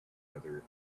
other